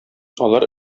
алар